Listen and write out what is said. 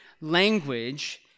language